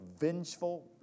vengeful